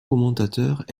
commentateurs